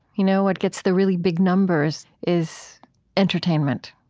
you know what gets the really big numbers is entertainment.